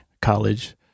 college